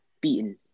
beaten